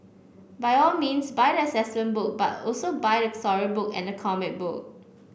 by all means buy the assessment book but also buy the storybook and the comic book